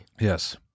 Yes